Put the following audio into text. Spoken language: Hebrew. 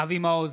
אבי מעוז,